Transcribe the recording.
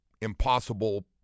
impossible